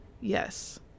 Yes